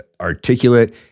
articulate